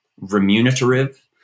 remunerative